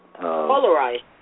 polarized